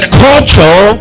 culture